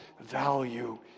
value